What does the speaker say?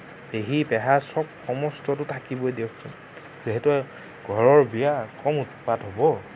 পেহী পেহা চব সমস্তটো থাকিবই দিয়কচোন যিহেতু ঘৰৰ বিয়া কম উৎপাত হ'ব